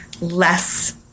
less